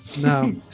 No